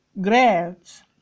grades